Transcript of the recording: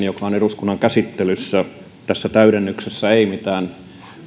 joka on eduskunnan käsittelyssä jätön jälkeen tässä täydennyksessä ei mitään